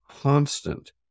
constant